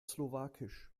slowakisch